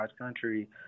country